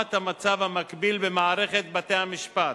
לעומת המצב המקביל במערכת בתי-המשפט.